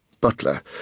butler